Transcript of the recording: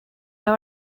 know